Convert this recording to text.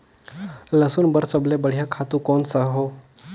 लसुन बार सबले बढ़िया खातु कोन सा हो?